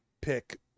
pick